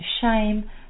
shame